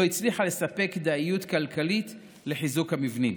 לא הצליחה לספק כדאיות כלכלית לחיזוק המבנים.